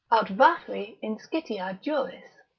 aut vafri inscitia juris.